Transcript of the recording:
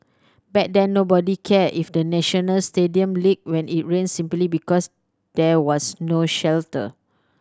back then nobody cared if the National Stadium leaked when it rained simply because there was no shelter